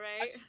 right